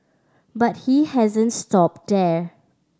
but he hasn't stopped there